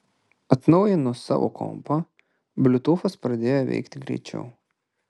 atnaujinus savo kompą bliutūfas pradėjo veikti greičiau